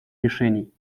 решений